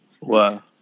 Wow